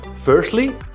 Firstly